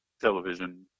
television